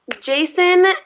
jason